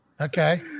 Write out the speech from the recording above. Okay